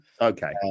Okay